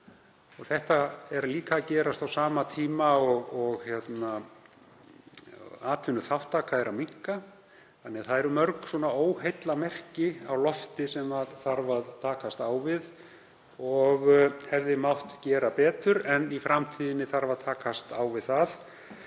Þetta er líka að gerast á sama tíma og atvinnuþátttaka er að minnka þannig að það eru mörg óheillamerki á lofti sem þarf að takast á við og hefði mátt gera betur. En í framtíðinni þarf að takast á við